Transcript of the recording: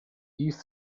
east